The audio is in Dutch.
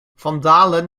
vandalen